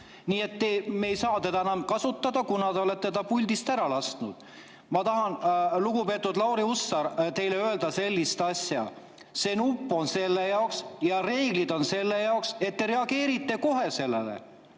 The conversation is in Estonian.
tulema. Me ei saa teda enam kasutada, kuna te olete ta puldist ära lasknud. Ma tahan, lugupeetud Lauri Hussar, teile öelda sellist asja: see nupp on selle jaoks ja reeglid on selle jaoks, et te reageeriksite sellele